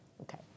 okay